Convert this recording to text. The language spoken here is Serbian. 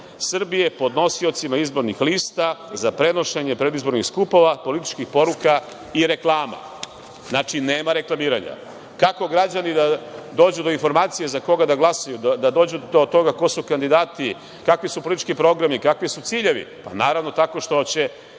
Srbije, podnosiocima izbornih lista, za prenošenje predizbornih skupova, političkih poruka i reklama. Znači, nema reklamiranja. Kako građani da dođu do informacija za koga da glasaju, da dođu do toga ko su kandidati, kakvi su politički programi i kakvi su ciljevi? Pa, naravno tako što će